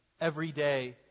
everyday